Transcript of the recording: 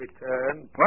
return